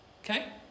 Okay